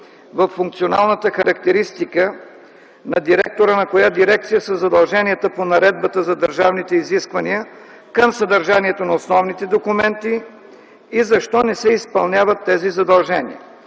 във функционалната характеристика на директора на коя дирекция са задълженията по Наредбата за държавните изисквания към съдържанието на основните документи и защо не се изпълняват тези задължения?